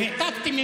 אני התנגדתי?